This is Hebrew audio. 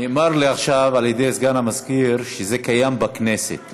נאמר לי עכשיו על ידי סגן המזכירה שזה קיים בכנסת,